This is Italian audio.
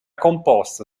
composto